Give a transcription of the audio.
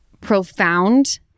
profound